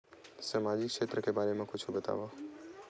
सामजिक क्षेत्र के बारे मा कुछु बतावव?